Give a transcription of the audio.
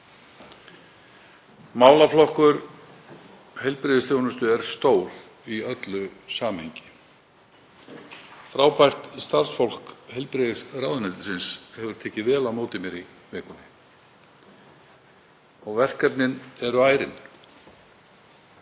Málaflokkur heilbrigðisþjónustu er stór í öllu samhengi. Frábært starfsfólk heilbrigðisráðuneytisins hefur tekið vel á móti mér í vikunni. Verkefnin eru ærin.